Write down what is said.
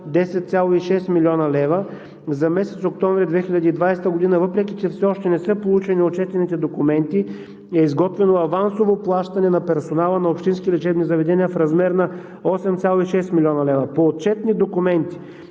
10,6 млн. лв. За месец октомври 2020 г., въпреки че все още не са получени отчетените документи, е изготвено авансово плащане на персонала на общински лечебни заведения в размер на 8,6 млн. лв. По отчетни документи